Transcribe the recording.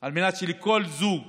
על מנת שלכל זוג